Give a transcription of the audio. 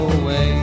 away